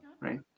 right